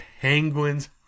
Penguins